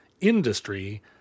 industry